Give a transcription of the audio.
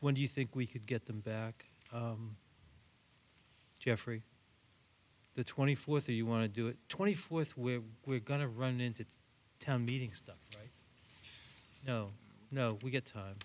when do you think we could get them back jeffery the twenty fourth or you want to do it twenty fourth where we're going to run into town meeting stuff no no we get time